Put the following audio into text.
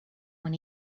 when